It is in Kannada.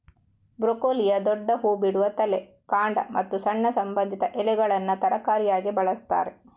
ಬ್ರೊಕೊಲಿಯ ದೊಡ್ಡ ಹೂ ಬಿಡುವ ತಲೆ, ಕಾಂಡ ಮತ್ತು ಸಣ್ಣ ಸಂಬಂಧಿತ ಎಲೆಗಳನ್ನ ತರಕಾರಿಯಾಗಿ ಬಳಸ್ತಾರೆ